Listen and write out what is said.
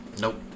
Nope